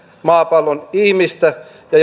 maapallon ihmistä ja